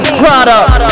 product